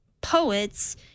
poets